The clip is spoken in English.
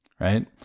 right